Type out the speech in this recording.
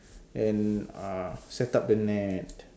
and uh set up the net